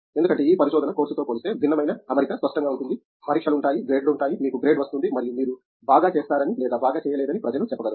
ఎందుకంటే ఈ పరిశోధన కోర్సు తో పోలిస్తే భిన్నమైన అమరిక స్పష్టంగా ఉంటుంది పరీక్షలు ఉంటాయి గ్రేడ్ లు ఉంటాయి మీకు గ్రేడ్ వస్తుంది మరియు మీరు బాగా చేస్తారని లేదా బాగా చేయలేదని ప్రజలు చెప్పగలరు